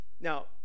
Now